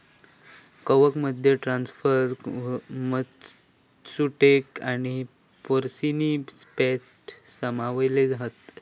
कवकमध्ये truffles, matsutake आणि porcini ceps सामावले हत